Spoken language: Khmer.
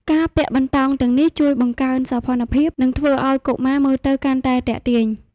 ការពាក់បន្តោងទាំងនេះជួយបង្កើនសោភ័ណភាព និងធ្វើឱ្យកុមារមើលទៅកាន់តែទាក់ទាញ។